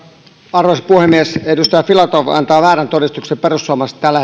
arvoisa puhemies edustaja filatov antaa väärän todistuksen perussuomalaisista tällä